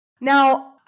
Now